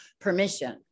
permission